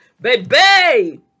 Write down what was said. baby